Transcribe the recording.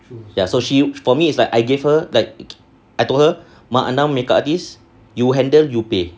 ya she for me it's like I gave her like I told her mak andam makeup artist you handle you pay